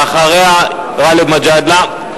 ואחריה, גאלב מג'אדלה.